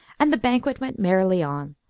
and the banquet went merrily on.